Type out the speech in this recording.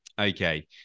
Okay